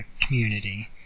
community